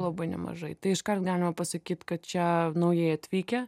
labai nemažai tai iškart galima pasakyt kad čia naujai atvykę